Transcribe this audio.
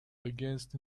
against